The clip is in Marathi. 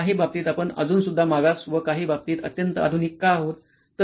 मग काही बाबतीत आपण अजून सुद्धा मागास व काही बाबतीत अत्यंत आधुनिक का आहोत